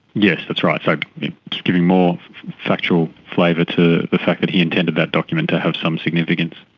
yes, that's right, so giving more factual flavour to the fact that he intended that document to have some significance.